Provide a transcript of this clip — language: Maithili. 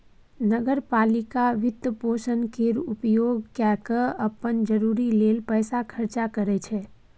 नगर पालिका वित्तपोषण केर उपयोग कय केँ अप्पन जरूरी लेल पैसा खर्चा करै छै